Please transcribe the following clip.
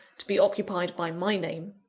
to be occupied by my name.